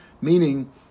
meaning